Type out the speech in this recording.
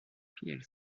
plc